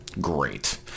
Great